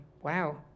wow